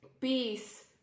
peace